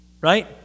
right